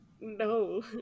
no